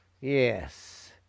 yes